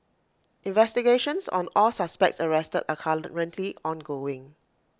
investigations on all suspects arrested are currently ongoing